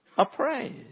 Appraised